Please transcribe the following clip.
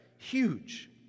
huge